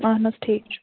اَہَن حظ ٹھیٖک چھُ